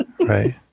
right